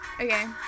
Okay